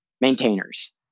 maintainers